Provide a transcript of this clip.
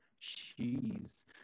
Jeez